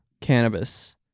cannabis